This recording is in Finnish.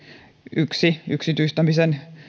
yksi yksityistämisen